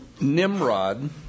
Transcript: Nimrod